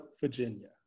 Virginia